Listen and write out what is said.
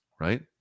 right